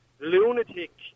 lunatic